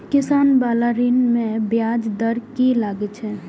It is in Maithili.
किसान बाला ऋण में ब्याज दर कि लागै छै?